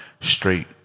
straight